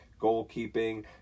goalkeeping